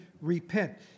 repent